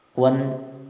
one